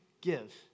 give